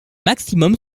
maximum